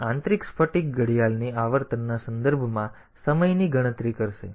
તેથી તે આંતરિક સ્ફટિક ઘડિયાળની આવર્તનના સંદર્ભમાં સમયની ગણતરી કરશે